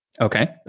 Okay